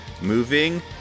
moving